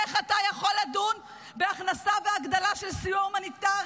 איך אתה יכול לדון בהכנסה ובהגדלה של סיוע הומניטרי,